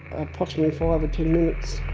approximately five or ten minutes